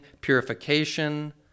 purification